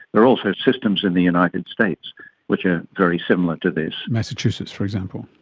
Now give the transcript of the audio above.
there are also systems in the united states which are very similar to this. massachusetts, for example.